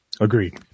Agreed